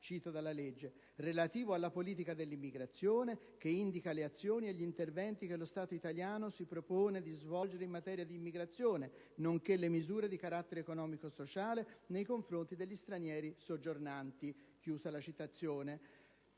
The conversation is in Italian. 286 del 1998) «relativo alla politica dell'immigrazione» che «indica le azioni e gli interventi che lo Stato Italiano (...) si propone di svolgere in materia di immigrazione» nonché «le misure di carattere economico e sociale nei confronti degli stranieri soggiornanti». Troppa fatica,